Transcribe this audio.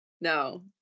No